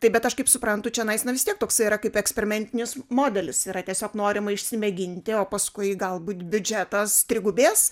taip bet aš kaip suprantu čionais na vis tiek toks yra kaip eksperimentinis modelis yra tiesiog norima išsimėginti o paskui galbūt biudžetas trigubės